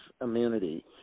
immunity